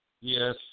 Yes